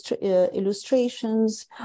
illustrations